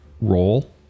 roll